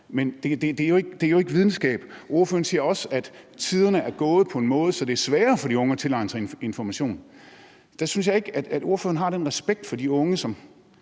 Men det er jo ikke videnskab. Ordføreren siger også, at tiden har udviklet sig på en måde, hvor det er sværere for de unge at tilegne sig information. Der synes jeg ikke, at ordføreren har den respekt for de unge,